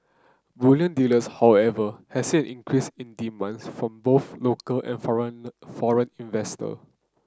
bullion dealers however had said increase in demands from both local and foreign investor